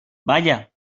vaya